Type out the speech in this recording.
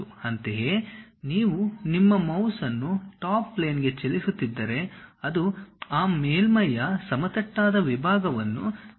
ಅಂತೆಯೇ ನೀವು ನಿಮ್ಮ ಮೌಸ್ ಅನ್ನು ಟಾಪ್ ಪ್ಲೇನ್ಗೆ ಚಲಿಸುತ್ತಿದ್ದರೆ ಅದು ಆ ಮೇಲ್ಮೈಯ ಸಮತಟ್ಟಾದ ವಿಭಾಗವನ್ನು ತೋರಿಸುತ್ತದೆ